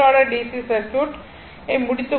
C circuit முடித்துக் கொள்வோம்